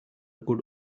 good